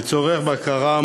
לצורך בקרה,